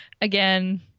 again